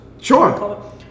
Sure